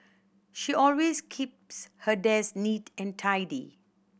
she always keeps her desk neat and tidy